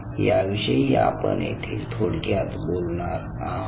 याविषयी आपण येथे थोडक्यात बोलणार आहोत